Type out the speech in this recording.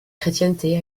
chrétienté